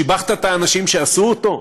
שיבחת את האנשים שעשו אותו,